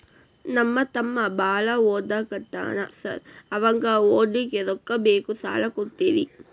ನಮ್ಮ ತಮ್ಮ ಬಾಳ ಓದಾಕತ್ತನ ಸಾರ್ ಅವಂಗ ಓದ್ಲಿಕ್ಕೆ ರೊಕ್ಕ ಬೇಕು ಸಾಲ ಕೊಡ್ತೇರಿ?